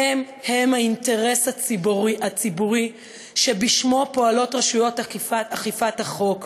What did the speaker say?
הם-הם האינטרס הציבורי שבשמו פועלות רשויות אכיפת החוק.